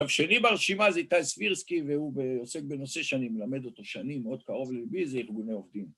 השני בהרשימה זה איתי סבירסקי, והוא עוסק בנושא שאני מלמד אותו שנים, מאוד קרוב ללבי, זה ארגוני עובדים.